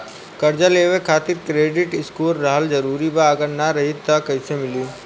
कर्जा लेवे खातिर क्रेडिट स्कोर रहल जरूरी बा अगर ना रही त कैसे मिली?